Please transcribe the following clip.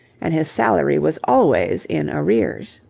and his salary was always in arrears.